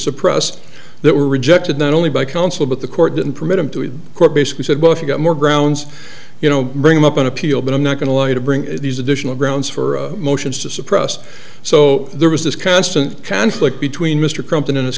suppress that were rejected not only by counsel but the court didn't permit him to in court basically said well if you've got more grounds you know bring up an appeal but i'm not going to lie to bring these additional grounds for motions to suppress so there was this constant conflict between mr crump